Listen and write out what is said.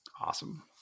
awesome